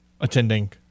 attending